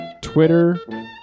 Twitter